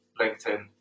LinkedIn